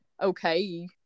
okay